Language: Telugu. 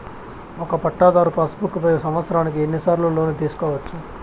ఒక పట్టాధారు పాస్ బుక్ పై సంవత్సరానికి ఎన్ని సార్లు లోను తీసుకోవచ్చు?